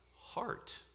heart